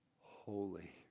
holy